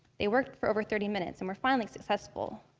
they worked for over thirty minutes, and were finally successful.